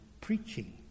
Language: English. preaching